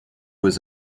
was